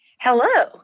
Hello